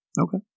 okay